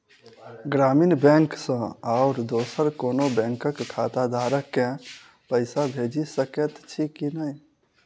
ग्रामीण बैंक सँ आओर दोसर कोनो बैंकक खाताधारक केँ पैसा भेजि सकैत छी की नै?